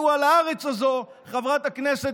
חברת הכנסת